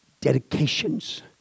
dedications